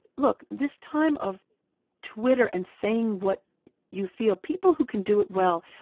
look this time of twitter and saying what you feel, people who can do it well,